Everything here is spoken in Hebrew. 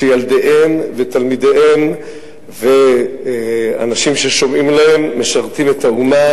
שילדיהם ותלמידיהם ואנשים ששומעים להם משרתים את האומה